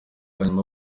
hanyuma